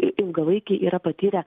ilgalaikiai yra patyrę